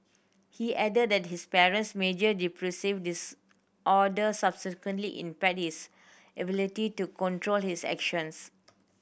he added that his parents major depressive disorder subsequently impaired his ability to control his actions